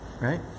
Right